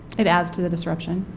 it adds to the disruption.